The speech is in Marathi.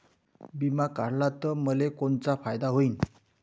बिमा काढला त मले कोनचा फायदा होईन?